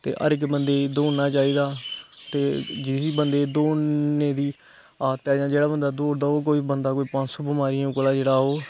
ते हर इक वंदे गी दौड़ना चाहिदा ते जिसी बंदे गी दौड़ने दी आदत ऐ जेहड़ा बंदा दौड़दा ओह् बंदा पंज सौ बिमारियै कोला जेहड़ा ओह्